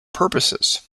purposes